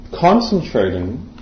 concentrating